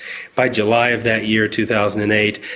by july of that year, two thousand and eight,